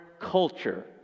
culture